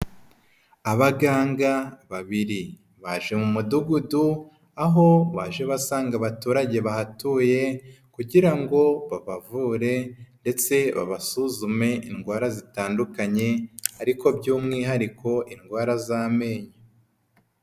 Abaganga babiri baje mu mudugudu aho baje basanga abaturage bahatuye kugira ngo babavure ndetse babasuzume indwara zitandukanye ariko by'umwihariko indwara z'amenyo.